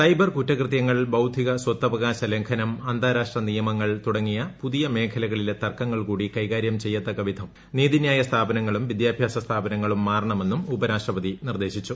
cyber കുറ്റകൃത്യങ്ങൾ ബൌദ്ധിക സ്വത്തവകാശ ലംഘനം അന്താരാഷ്ട്ര ് നിയമങ്ങൾ തുടങ്ങിയ പുതിയ മേഖലകളിലെ തർക്കങ്ങൾകൂടി കൈകാര്യം ചെയ്യത്തക്കവിധം നീതിന്യായ സ്ഥാപനങ്ങളും വിദ്യാഭ്യാസ സ്ഥാപനങ്ങളും മാറണമെന്നും ഉപരാഷ്ട്രപതി നിർദ്ദേശിച്ചു